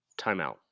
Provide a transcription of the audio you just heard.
Timeout